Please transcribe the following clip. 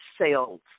sales